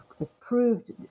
approved